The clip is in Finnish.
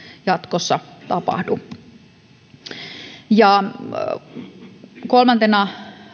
jatkossa tapahdu kolmantena